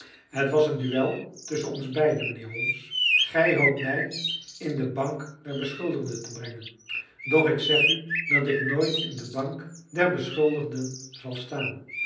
het was een duel tusschen ons beiden mijnheer holmes gij hoopt mij in de bank der beschuldigden te brengen doch ik zeg u dat ik nooit in de bank der beschuldigden zal staan